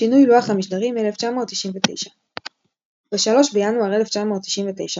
שינוי לוח המשדרים 1999 ב-3 בינואר 1999,